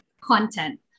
content